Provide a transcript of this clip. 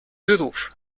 beruf